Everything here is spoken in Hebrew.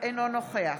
אינו נוכח